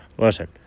Listen